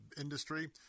industry